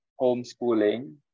homeschooling